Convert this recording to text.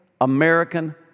American